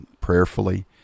prayerfully